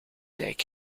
dijk